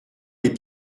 les